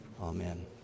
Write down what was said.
Amen